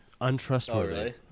Untrustworthy